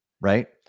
right